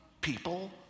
people